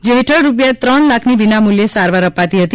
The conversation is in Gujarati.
જે હેઠળ રૂપિયા ત્રણ લાખની વિનામૂલ્યે સારવાર અપાતી હતી